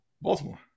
Baltimore